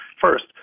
first